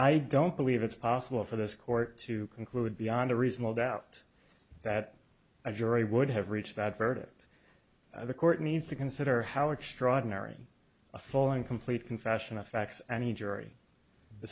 i don't believe it's possible for this court to conclude beyond a reasonable doubt that a jury would have reached that verdict the court needs to consider how extraordinary a full and complete confession of facts any jury the